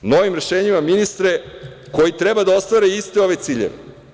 Novim rešenjima ministre koji treba da ostvare iste ove ciljeve.